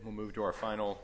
move to our final